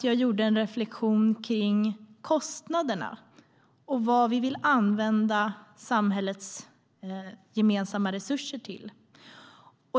Jag gjorde då en reflexion kring kostnaderna och vad vi vill använda samhällets gemensamma resurser till.